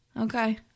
Okay